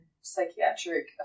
psychiatric